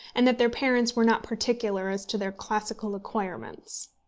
and that their parents were not particular as to their classical acquirements.